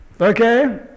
Okay